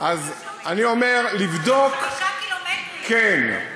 אדוני השר, שול פשוט של 5 ק"מ.